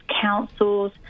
councils